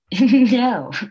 No